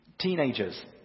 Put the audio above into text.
teenagers